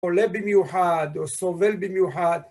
עולה במיוחד, או סובל במיוחד.